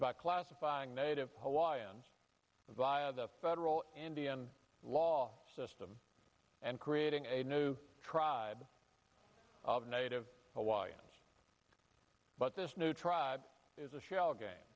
by classifying native hawaiians via the federal indian law system and creating a new tribe of native hawaiians but this new tribe is a shell game